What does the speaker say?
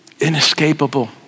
Inescapable